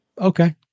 Okay